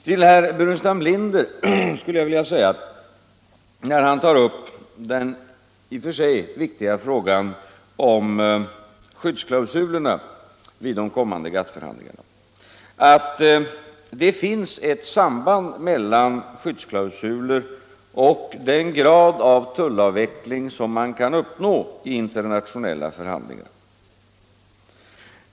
Herr Burenstam Linder tar upp den i och för sig viktiga frågan om skyddsklausulerna vid de kommande GATT-förhandlingarna. Det finns ett samband mellan skyddsklausuler och den grad av tullavveckling som man kan uppnå i internationella förhandlingar.